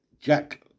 Jack